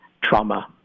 trauma